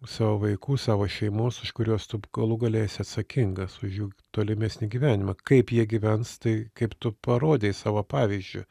savo vaikų savo šeimos už kuriuos tu galų gale jis atsakingas už jų tolimesnį gyvenimą kaip jie gyvens tai kaip tu parodei savo pavyzdžiu